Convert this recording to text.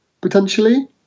potentially